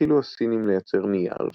התחילו הסינים לייצר נייר,